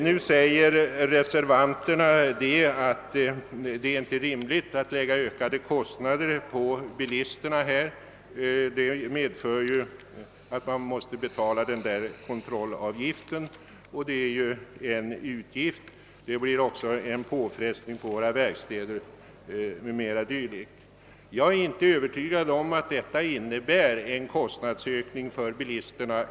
Nu säger reservanterna att det inte är rimligt att påföra bilisterna ökade 'kostnader i detta sammanhang eftersom .kontrollavgiften tillkommer och det dessutom innebär en ytterligare påfrestning på våra verkstäder etc. Jag är inte övertygad om att detta innebär en kostnadsökning för bilisterna.